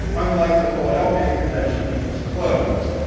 unlike the philadelphia convention, which was closed.